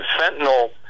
fentanyl